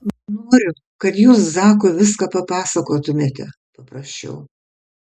noriu kad jūs zakui viską papasakotumėte paprašiau